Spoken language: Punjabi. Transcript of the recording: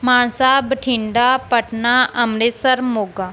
ਮਾਨਸਾ ਬਠਿੰਡਾ ਪਟਨਾ ਅੰਮ੍ਰਿਤਸਰ ਮੋਗਾ